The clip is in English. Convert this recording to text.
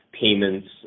payments